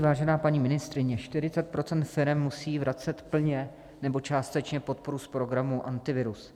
Vážená paní ministryně, 40 % firem musí vracet plně nebo částečně podporu z programu Antivirus.